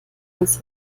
als